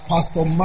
Pastor